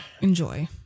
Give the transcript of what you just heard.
Enjoy